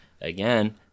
again